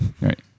Right